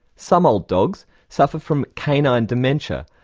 some old dogs suffer from canine dementia,